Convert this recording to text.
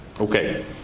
Okay